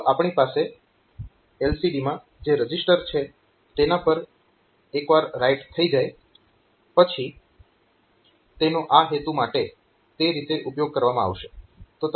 તો આપણી પાસે LCD માં જે રજીસ્ટર છે તેના પર એક વાર રાઈટ થઇ જાય પછી તેનો આ હેતુ માટે તે રીતે ઉપયોગ કરવામાં આવશે